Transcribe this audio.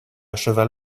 cheval